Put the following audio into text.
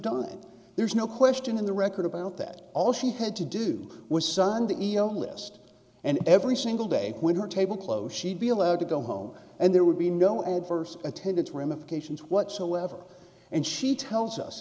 done and there's no question in the record about that all she had to do was sunday email list and every single day when her table close she'd be allowed to go home and there would be no adverse attendance ramifications whatsoever and she tells us